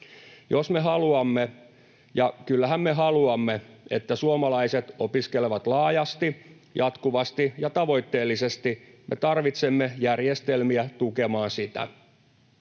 Jos me haluamme — ja kyllähän me haluamme — että suomalaiset opiskelevat laajasti, jatkuvasti ja tavoitteellisesti, me tarvitsemme järjestelmiä tukemaan sitä.